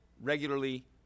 regularly